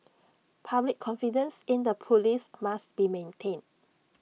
public confidence in the Police must be maintained